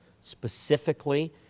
specifically